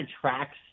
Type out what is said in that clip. tracks